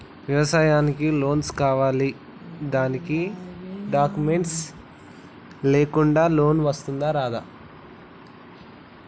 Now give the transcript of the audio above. వ్యవసాయానికి లోన్స్ కావాలి దానికి డాక్యుమెంట్స్ లేకుండా లోన్ వస్తుందా రాదా?